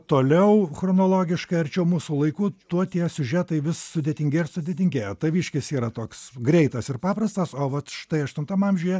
toliau chronologiškai arčiau mūsų laikų tuo tie siužetai vis sudėtingėja ir sudėtingėja taviškis yra toks greitas ir paprastas o vat štai aštuntam amžiuje